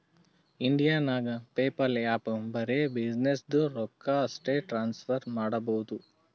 India ನಾಗ್ PayPal app ಬರೆ ಬಿಸಿನ್ನೆಸ್ದು ರೊಕ್ಕಾ ಅಷ್ಟೇ ಟ್ರಾನ್ಸಫರ್ ಮಾಡಬೋದು